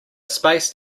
spaced